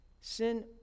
Sin